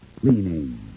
cleaning